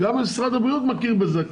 גם משרד הבריאות מכיר בזה.